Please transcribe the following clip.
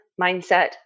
mindset